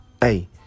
hey